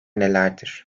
nelerdir